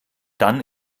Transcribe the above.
dann